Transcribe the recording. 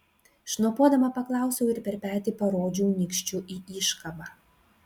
šnopuodama paklausiau ir per petį parodžiau nykščiu į iškabą